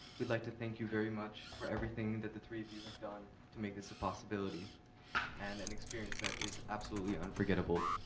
we'd like to thank you very much for everything that the three of you have done to make this a possibility and an experience that is absolutely unforgettable.